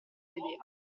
vedeva